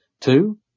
Two